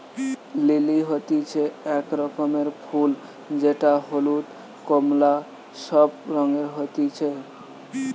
lily হতিছে এক রকমের ফুল যেটা হলুদ, কোমলা সব রঙে হতিছে